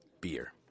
beer